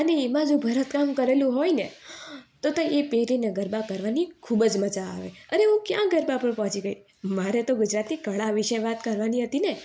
અને એમાં જો ભરતકામ કરેલું હોય ને તો તો એ પહેરીને ગરબા કરવાની ખૂબ જ મજા આવે અને હું ક્યાં ગરબા પર પહોંચી ગઈ મારે તો ગુજરાતની કળા વિશે વાત કરવાની હતી ને